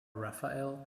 raphael